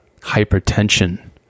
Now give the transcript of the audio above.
hypertension